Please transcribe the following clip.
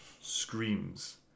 screams